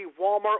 Walmart